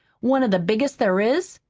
one of the biggest there is?